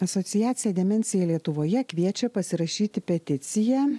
asociacija demencija lietuvoje kviečia pasirašyti peticiją